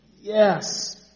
Yes